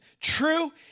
true